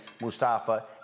Mustafa